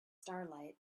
starlight